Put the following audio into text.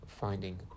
finding